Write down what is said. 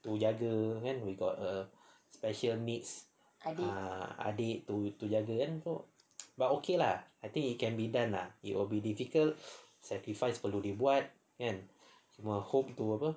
to jaga kan to jaga we got a special needs adik to jaga kan so but okay lah I think it can be done lah it will be difficult sacrifice perlu dibuat kan cuma hope to apa